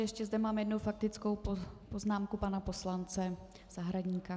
Ještě zde mám jednu faktickou poznámku pana poslance Zahradníka.